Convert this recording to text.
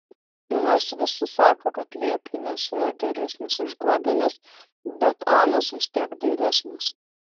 nors visi sako kad liepinės yra geresnės už guobines bet anos vis tiek dailesnės